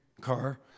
car